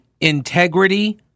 integrity